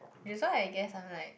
that's why I guess I'm like